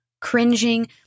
cringing